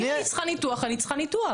אם אני צריכה ניתוח אני צריכה ניתוח.